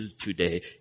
today